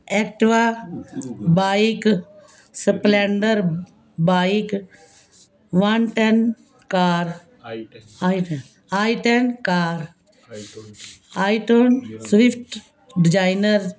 Activa bike Splendor bike one ten car I ten I ten car I ਟਵੈ Swift designer